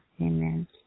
Amen